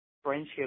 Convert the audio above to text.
friendship